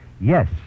Yes